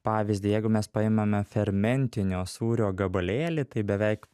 pavyzdį jeigu mes paimame fermentinio sūrio gabalėlį tai beveik